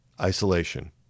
Isolation